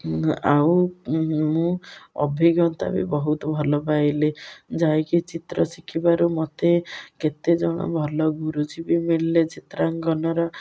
ଆଉ ମୁଁ ଅଭିଜ୍ଞତା ବି ବହୁତ ଭଲ ପାଇଲି ଯାଇକି ଚିତ୍ର ଶିଖିବାରୁ ମୋତେ କେତେ ଜଣ ଭଲ ଗୁରୁଜୀ ବି ମିଳିଲେ ଚିତ୍ରାଙ୍କନର